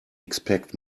expect